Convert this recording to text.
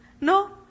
No